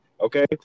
Okay